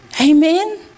Amen